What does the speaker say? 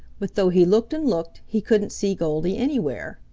but though he looked and looked he couldn't see goldy anywhere,